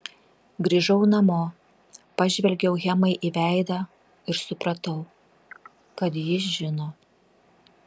grįžau namo pažvelgiau hemai į veidą ir supratau kad ji žino